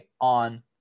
on